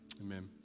Amen